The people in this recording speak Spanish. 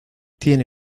tiene